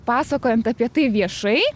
pasakojant apie tai viešai